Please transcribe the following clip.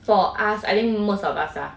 for us I think most of us are